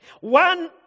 One